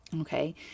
Okay